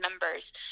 members